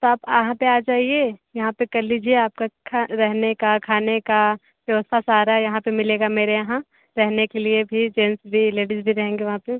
तो आप यहाँ पर आ जाए यहाँ पर कर लीजिए आपका रहने का खाने का व्यवस्था सारा यहाँ पर मिलेगा मेरे यहाँ रहने के लिए भी जेंट्स भी लेडीज़ भी रहेंगे वहाँ पर